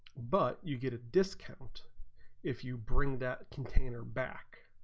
but you get a discount if you bring that container back